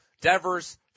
Devers